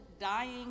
dying